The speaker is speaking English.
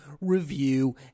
review